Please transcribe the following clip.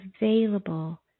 available